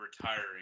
retiring